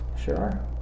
sure